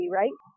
right